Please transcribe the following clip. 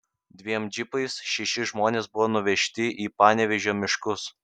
dviem džipais šeši žmonės buvo nuvežti į panevėžio miškus